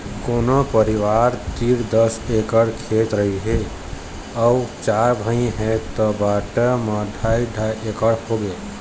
कोनो परिवार तीर दस एकड़ खेत रहिस हे अउ चार भाई हे त बांटा म ढ़ाई ढ़ाई एकड़ होगे